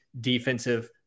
defensive